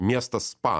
miestas spa